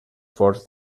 forts